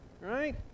right